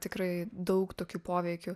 tikrai daug tokių poveikių